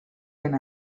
and